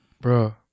Bro